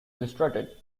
illustrated